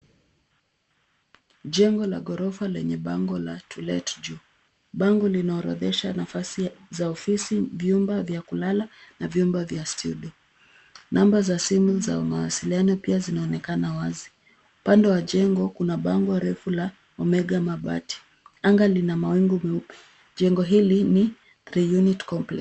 Jengo la ghorofa lenye bango la to let juu. Bango linaorodhesha nafasi za ofisi, vyumba vya kulala na vyumba vya tudio .Namba za simu za mawasiliano pia zinaonekana wazi. Pande wa jengo kuna bango refu la Omega Mabati. Anga lina mawingu meupe. Jengo hili ni Three unit Complex.